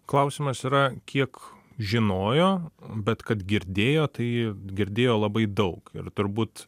klausimas yra kiek žinojo bet kad girdėjo tai girdėjo labai daug ir turbūt